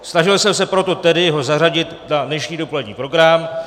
Snažil jsem se proto tedy ho zařadit na dnešní dopolední program.